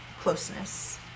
closeness